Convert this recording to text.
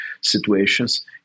situations